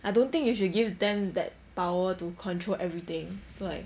I don't think you should give them that power to control everything so like